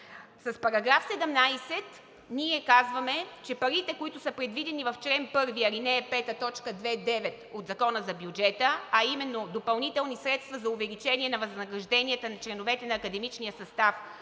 С § 17 ние казваме, че парите, които са предвидени в чл. 1, ал. 5, т. 2.9 от Закона за бюджета, а именно допълнителни средства за увеличение на възнагражденията на членовете на академичния състав